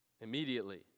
Immediately